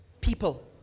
people